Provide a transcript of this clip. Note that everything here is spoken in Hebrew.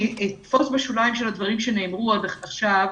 אני אתפוס בשוליים של הדברים שנאמרו עד עכשיו.